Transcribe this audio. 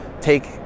take –